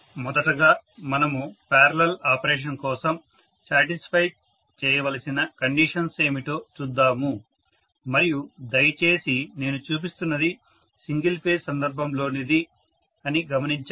మొదటగా మనము parallel operation కోసం శాటిస్ఫై చేయవలసిన కండీషన్స్ ఏమిటో చూద్దాము మరియు దయచేసి నేను చూపిస్తున్నది సింగిల్ ఫేజ్ సందర్భంలోనిది అని గమనించండి